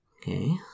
Okay